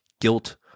guilt